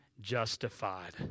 justified